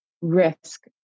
risk